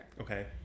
okay